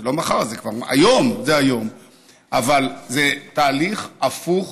זה לא מחר, זה כבר היום, אבל זה תהליך הפוך